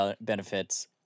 benefits